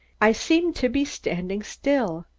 i seemed to be standing still.